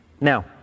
Now